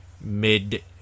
mid